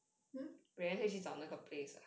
hmm